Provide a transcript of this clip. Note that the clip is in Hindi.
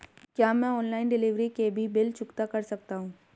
क्या मैं ऑनलाइन डिलीवरी के भी बिल चुकता कर सकता हूँ?